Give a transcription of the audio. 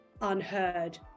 unheard